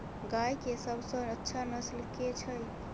गाय केँ सबसँ अच्छा नस्ल केँ छैय?